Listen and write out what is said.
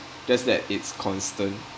just that it's constant